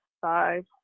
five